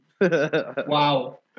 Wow